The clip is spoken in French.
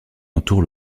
entoure